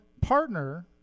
partner